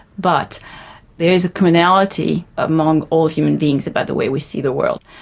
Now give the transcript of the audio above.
but there's a commonality among all human beings about the way we see the world.